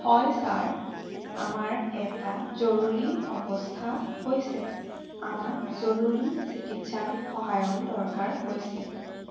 হয় ছাৰ আমাৰ এটা জৰুৰী অৱস্থা হৈছে আমাক জৰুৰী চিকিৎসাৰ সহায়ৰ দৰকাৰ হৈছে